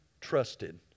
trusted